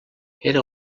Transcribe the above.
era